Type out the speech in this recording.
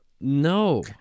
No